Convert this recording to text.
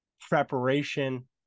preparation